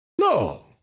No